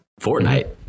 Fortnite